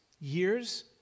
years